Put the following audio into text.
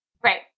Great